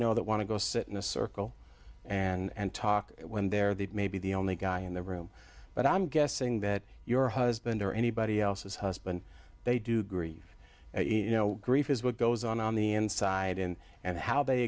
know that want to go sit in a circle and talk when they're the maybe the only guy in the room but i'm guessing that your husband or anybody else's husband they do grieve you know grief is what goes on on the inside and and how they